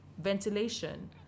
ventilation